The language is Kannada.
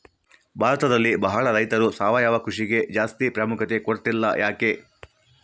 ಭಾರತದಲ್ಲಿ ಬಹಳ ರೈತರು ಸಾವಯವ ಕೃಷಿಗೆ ಜಾಸ್ತಿ ಪ್ರಾಮುಖ್ಯತೆ ಕೊಡ್ತಿಲ್ಲ ಯಾಕೆ?